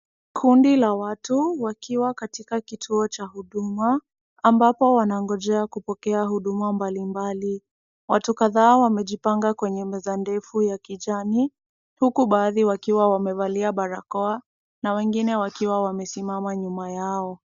Kundi la watu wakiwa katika kituo cha huduma, ambapo wanangojea kupokea huduma mbalimbali. Watu kadhaa wamejipanga kwenye meza ndefu ya kijani, huku baadhi wakiwa wamevalia barakoa na wengine wakiwa wamesimama nyuma yao.